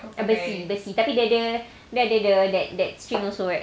pakai besi besi tapi ada tha~ that string also right